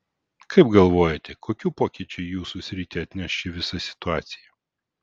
kaip galvojate kokių pokyčių į jūsų sritį atneš ši visa situacija